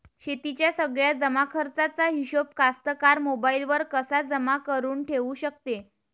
शेतीच्या सगळ्या जमाखर्चाचा हिशोब कास्तकार मोबाईलवर कसा जमा करुन ठेऊ शकते?